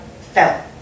fell